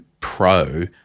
pro